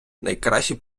найкращий